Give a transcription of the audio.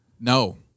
No